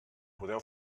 podeu